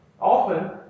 Often